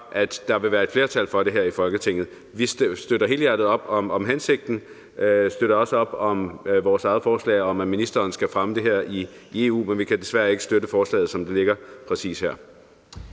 at der vil være et flertal for det her i Folketinget. Vi støtter helhjertet op om hensigten, og vi støtter også op om vores eget forslag om, at ministeren skal fremme det her i EU, men vi kan desværre ikke støtte forslaget, præcis som det ligger her.